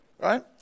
Right